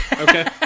Okay